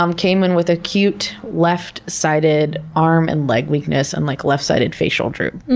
um came in with acute left-sided arm and leg weakness and like left-sided facial droop,